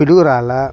Piduguralla